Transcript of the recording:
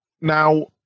Now